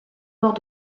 morts